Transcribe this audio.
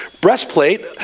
Breastplate